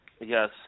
Yes